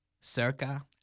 Circa